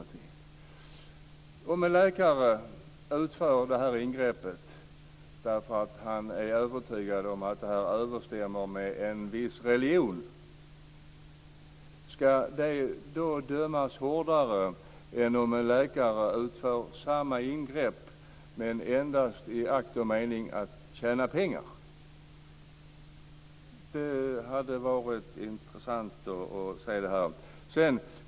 Ska en läkare som utför det här ingreppet därför att han är övertygad om att det överensstämmer med en viss religion dömas hårdare än en läkare som utför samma ingrepp men endast i akt och mening att tjäna pengar? Det skulle vara intressant att veta.